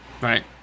Right